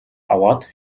аваад